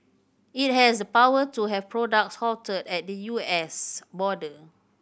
it has the power to have products halted at the U S border